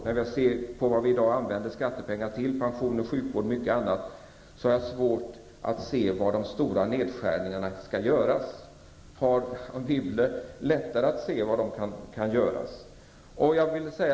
Han säger vidare: När jag ser på vad vi i dag använder skattepengar till, pension och sjukvård och mycket annat, har jag svårt att se var de stora nedskärningarna skall göras. Har Anne Wibble lättare att se var de kan göras?